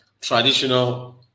traditional